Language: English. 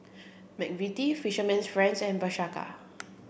McVitie Fisherman's friends and Bershka